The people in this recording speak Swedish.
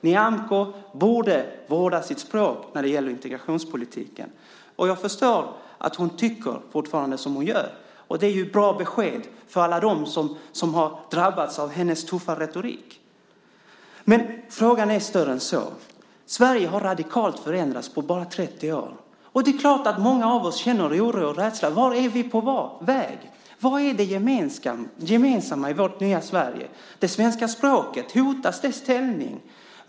Nyamko borde vårda sitt språk när det gäller integrationspolitiken. Jag förstår att hon fortfarande har sina åsikter, och det är ju ett bra besked till alla som har drabbats av hennes tuffa retorik. Men frågan är större än så. Sverige har radikalt förändrats på bara 30 år, och det är klart att många av oss känner en oro och rädsla för vart vi är på väg. Vad är det gemensamma i vårt nya Sverige? Hotas det svenska språkets ställning?